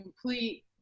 complete